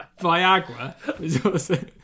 viagra